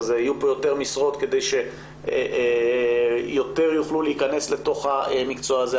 יהיו יותר משרות כדי שיותר יוכלו להיכנס לתוך המקצוע הזה.